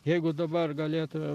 jeigu dabar galėtumėm